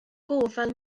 gofal